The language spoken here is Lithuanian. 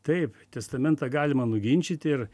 taip testamentą galima nuginčyti ir